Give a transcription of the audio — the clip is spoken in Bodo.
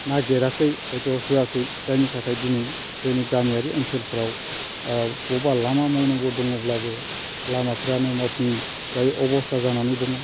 नागिराखै हयथ' होआखै जायनि थाखाय दिनै जोंनि गामियारि ओनसोलफोराव बबावबा लामा मावनांगौ दङब्लाबो लामाफ्रानो मावफुं जायै अबस्था जानानै दङ